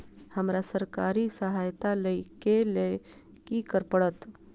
हमरा सरकारी सहायता लई केँ लेल की करऽ पड़त?